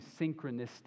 synchronistic